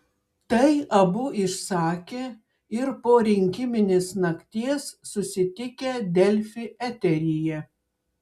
tai abu išsakė ir po rinkiminės nakties susitikę delfi eteryje